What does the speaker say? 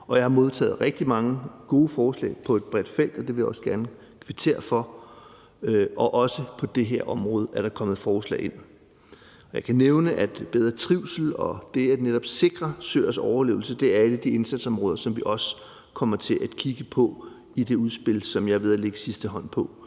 jeg har modtaget rigtig mange gode forslag på et bredt felt, og det vil jeg også gerne kvittere for. Også på det her område er der kommet forslag ind. Jeg kan nævne, at bedre trivsel og netop det at sikre søers overlevelse er nogle af de indsatsområder, som vi også kommer til at kigge på i det udspil, som jeg er ved at lægge sidste hånd på.